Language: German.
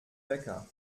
wecker